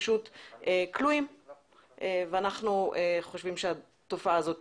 פשוט כלואים ואנחנו חושבים שהתופעה הזאת